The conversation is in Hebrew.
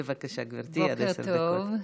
בבקשה, גברתי, עד עשר דקות.